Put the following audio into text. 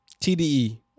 TDE